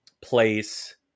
place